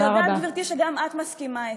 ואני יודעת, גברתי, שגם את מסכימה אתי.